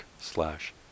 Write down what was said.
slash